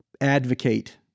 advocate